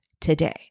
today